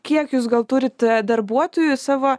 kiek jūs gal turit darbuotojų savo